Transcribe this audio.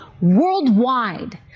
worldwide